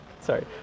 Sorry